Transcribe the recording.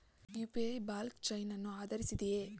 UPI blockchain ಅನ್ನು ಆಧರಿಸಿದೆಯೇ?